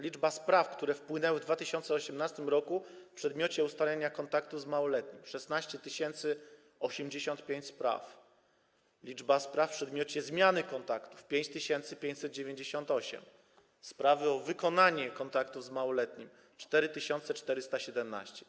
Liczba spraw, które wpłynęły w 2018 r. w przedmiocie ustalenia kontaktów z małoletnim - 16 085, liczba spraw w przedmiocie zmiany kontaktów - 5598, liczba spraw o wykonanie kontaktów z małoletnim - 4417.